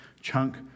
chunk